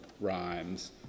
rhymes